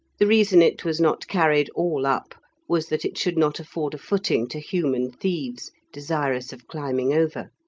the reason it was not carried all up was that it should not afford a footing to human thieves desirous of climbing over.